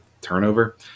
turnover